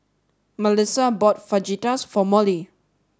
Malissa bought Fajitas for Mollie